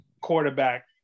quarterback